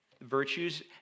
virtues